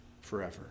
forever